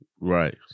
Right